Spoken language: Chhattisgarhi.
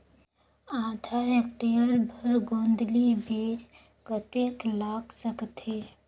आधा हेक्टेयर बर गोंदली बीच कतेक लाग सकथे?